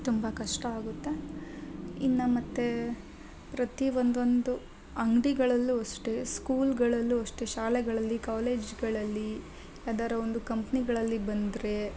ತುಂಬ ಕಷ್ಟ ಆಗುತ್ತೆ ಇನ್ನು ಮತ್ತು ಪ್ರತಿ ಒಂದೊಂದು ಅಂಗಡಿಗಳಲ್ಲೂ ಅಷ್ಟೇ ಸ್ಕೂಲ್ಗಳಲ್ಲೂ ಅಷ್ಟೇ ಶಾಲೆಗಳಲ್ಲಿ ಕಾಲೇಜ್ಗಳಲ್ಲಿ ಯಾವ್ದಾದ್ರು ಒಂದು ಕಂಪ್ನಿಗಳಲ್ಲಿ ಬಂದರೆ